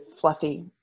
fluffy